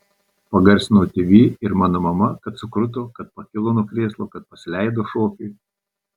pagarsinau tv ir mano mama kad sukruto kad pakilo nuo krėslo kad pasileido šokiui